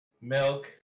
Milk